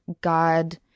God